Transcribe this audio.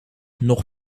nog